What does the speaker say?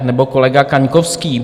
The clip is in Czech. Nebo kolega Kaňkovský.